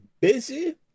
busy